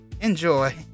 enjoy